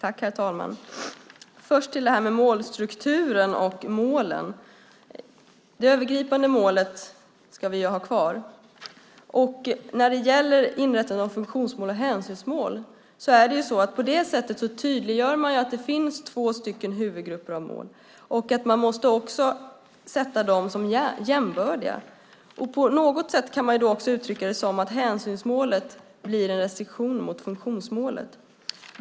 Herr talman! Först gäller det målstrukturen och målen. Det övergripande målet ska vi ha kvar. När det gäller inrättande av funktionsmål och hänsynsmål är det så att man på det sättet tydliggör att det finns två huvudgrupper av mål och att de också måste sättas som jämbördiga. På något sätt kan man då också uttrycka det som att hänsynsmålet blir en restriktion gentemot funktionsmålet.